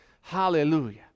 Hallelujah